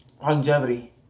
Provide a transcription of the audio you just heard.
Longevity